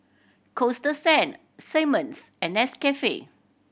Coasta Sand Simmons and Nescafe